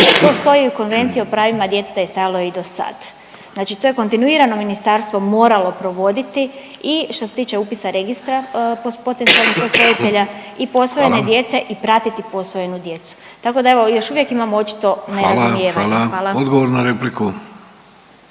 To stoji i u Konvenciji u pravima djeteta i stajalo je i dosada. Znači to je kontinuirano ministarstvo moralo provoditi i što se tiče upisa registra potencijalnih posvojitelja i posvojene …/Upadica: Hvala./… djece i pratiti posvojenu djecu. Tako da evo još uvijek imamo očito …/Upadica: Hvala, hvala./… nerazumijevanje.